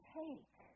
take